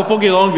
אפרופו גירעון,